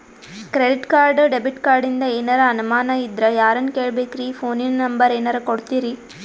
Credit card, debit ಕಾರ್ಡಿಂದ ಏನರ ಅನಮಾನ ಇದ್ರ ಯಾರನ್ ಕೇಳಬೇಕ್ರೀ, ಫೋನಿನ ನಂಬರ ಏನರ ಕೊಡ್ತೀರಿ?